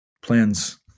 plans